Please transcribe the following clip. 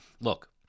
Look